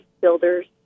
builders